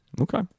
Okay